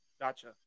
Gotcha